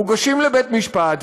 מוגשים לבית-משפט,